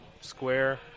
Square